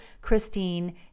Christine